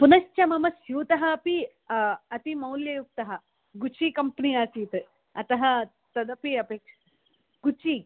पुनश्च मम स्यूतः अपि अति मौल्ययुक्तः गुचि कम्पेनि आसीत् अतः तदपि अपेक्ष्य गुचि